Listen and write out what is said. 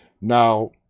Now